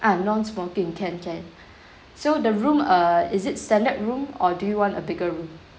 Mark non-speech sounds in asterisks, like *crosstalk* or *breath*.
ah non-smoking can can *breath* so the room err is it standard room or do you want a bigger room